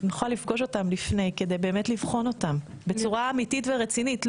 ושנוכל לפגוש אותם לפני כדי באמת לבחון אותם בצורה אמיתית ורצינית.